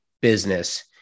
business